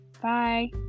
Bye